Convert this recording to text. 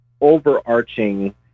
overarching